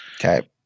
Okay